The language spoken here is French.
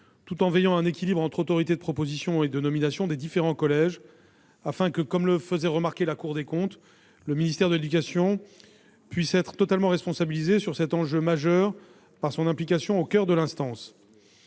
tout en veillant à un équilibre entre autorités de proposition et de nomination des différents collèges, afin que, comme le faisait remarquer la Cour des comptes, le ministère de l'éducation reste totalement responsabilisé sur cet enjeu majeur par son implication au coeur de l'instance.